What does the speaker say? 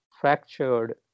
fractured